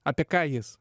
apie ką jis